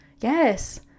yes